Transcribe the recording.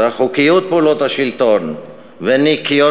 ואת חוקיות פעולות השלטון וניקיונו